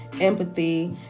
empathy